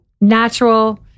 natural